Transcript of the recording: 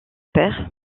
père